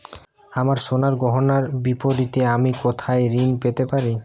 আমার সোনার গয়নার বিপরীতে আমি কোথায় ঋণ পেতে পারি?